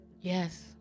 Yes